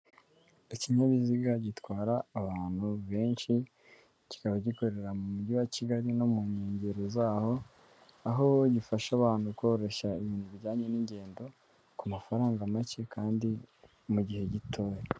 Ikinyabiziga gitwara abantu benshi kikaba gikorera mu mujyi wa Kigali no mu nkengero zaho aho gifasha abantu koroshya ibintu bijyanye n'ingendo ku mafaranga make kandi mu gihe gitoya.